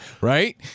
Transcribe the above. right